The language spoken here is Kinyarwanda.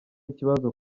ikibazo